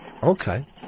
Okay